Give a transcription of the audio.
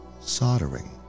soldering